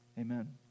Amen